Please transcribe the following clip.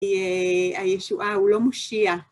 הישועה הוא לא מושיע.